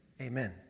Amen